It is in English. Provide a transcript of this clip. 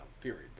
period